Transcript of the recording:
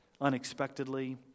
unexpectedly